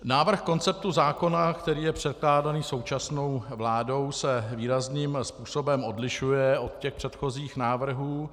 Návrh konceptu zákona, který je předkládán současnou vládou, se výrazným způsobem odlišuje od těch předchozích návrhů.